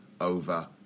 over